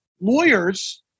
Lawyers